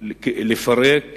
הוא פירוק